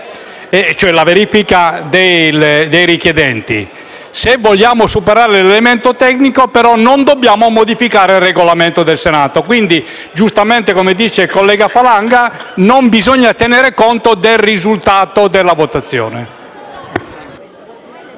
la verifica dei richiedenti. Se vogliamo superare l'elemento tecnico, non dobbiamo però modificare il Regolamento del Senato, quindi giustamente, come dice il collega Falanga, non bisogna tenere conto del risultato della votazione.